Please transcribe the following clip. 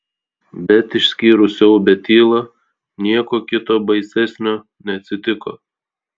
bet išskyrus siaubią tylą nieko kita baisesnio neatsitiko